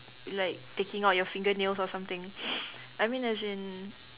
like taking out your fingernails or something I mean as in